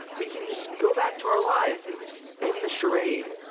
we can just go back to our lives and end the charade.